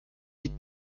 die